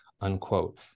unquote